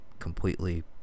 completely